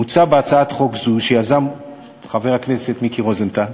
מוצע בהצעת חוק זו, שיזם חבר הכנסת מיקי רוזנטל,